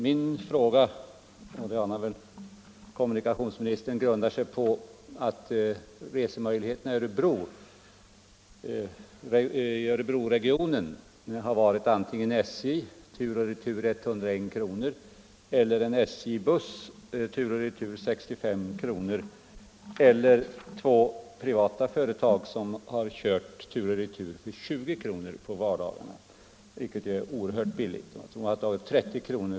Min fråga — det anar väl kommu = bussoch linjebussnikationsministern — grundar sig på att resemöjligheterna till Stockholm trafiken i Örebroregionen har varit antingen SJ tur och retur 100 kr., en SJ-buss tur och retur 65 kr. eller två privata företag som har kört tur och retur för 20 kr. på vardagarna, vilket är oerhört billigt. Jag tror att de tog 30 kr.